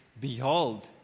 Behold